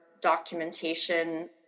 documentation